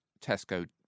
Tesco